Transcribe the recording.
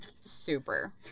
Super